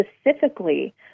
specifically